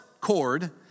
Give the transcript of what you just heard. cord